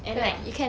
okay lah